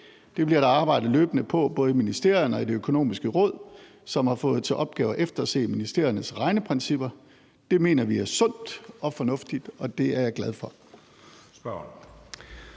Det bliver der arbejdet løbende på både i ministerierne og i Det Økonomiske Råd, som har fået til opgave at efterse ministeriernes regneprincipper. Det mener vi sundt og fornuftigt, og det er jeg glad for.